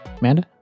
Amanda